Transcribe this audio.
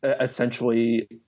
essentially